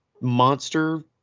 monster